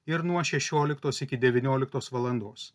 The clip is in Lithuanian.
ir nuo šešioliktos iki devynioliktos valandos